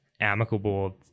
amicable